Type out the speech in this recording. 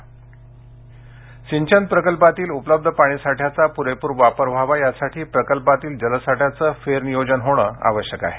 जलसाठा सिंचन प्रकल्पातील उपलब्ध पाणी साठ्याचा पुरेपूर वापर व्हावा यासाठी प्रकल्पातील जलसाठ्याचे फेरनियोजन करणे आवश्यक आहे